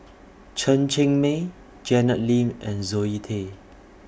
Chen Cheng Mei Janet Lim and Zoe Tay